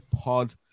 pod